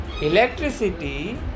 electricity